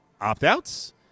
opt-outs